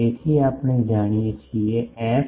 તેથી આપણે જાણીએ છીએ એફ